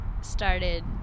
started